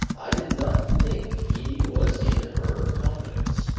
i did not think he was in her confidence.